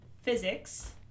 physics